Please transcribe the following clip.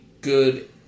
good